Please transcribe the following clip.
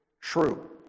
True